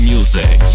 Music